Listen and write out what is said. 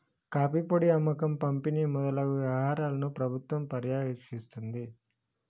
coffee పొడి అమ్మకం పంపిణి మొదలగు వ్యవహారాలను ప్రభుత్వం పర్యవేక్షిస్తుంది